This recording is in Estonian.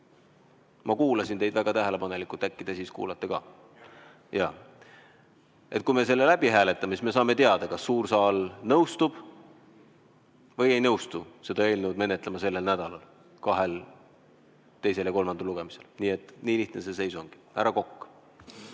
Ma kuulasin teid väga tähelepanelikult, äkki te siis kuulate mind ka. Kui me selle läbi hääletame, siis me saame teada, kas suur saal nõustub või ei nõustu seda eelnõu menetlema sellel nädalal kahel lugemisel, teisel ja kolmandal lugemisel. Nii lihtne see seis ongi. Härra Kokk.